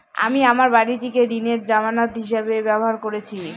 আমি আমার বাড়িটিকে ঋণের জামানত হিসাবে ব্যবহার করেছি